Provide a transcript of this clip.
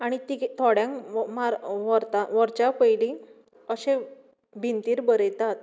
आनी ती थोड्यांक मार व्होर व्हरच्या पयलीं अशें भिंतीर बरयतात